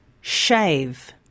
shave